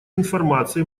информации